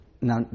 now